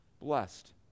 blessed